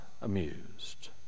amused